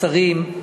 השרים,